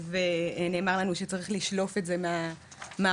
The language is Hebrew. ונאמר לנו שצריך לשלוף את זה מהמערכות.